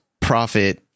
Profit